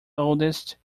oldest